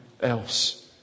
else